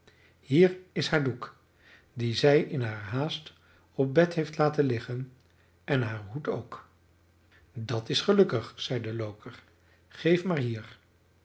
hier is haar doek dien zij in haar haast op bed heeft laten liggen en haar hoed ook dat is gelukkig zeide loker geef maar hier